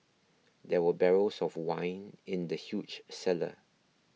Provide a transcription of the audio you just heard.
there were barrels of wine in the huge cellar